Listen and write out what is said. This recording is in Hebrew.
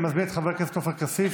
אני מזמין את חבר הכנסת עופר כסיף.